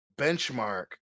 benchmark